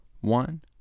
one